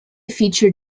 feature